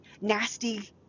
nasty